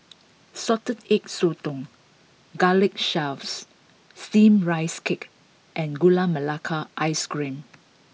Salted Egg Sotong Garlic Chives Steamed Rice Cake and Gula Melaka Ice Cream